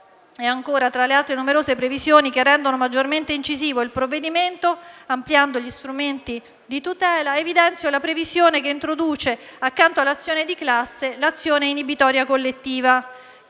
E ancora, tra le altre numerose previsioni che rendono maggiormente incisivo il provvedimento, ampliando gli strumenti di tutela, evidenzio la previsione che introduce, accanto all'azione di classe, l'azione inibitoria collettiva,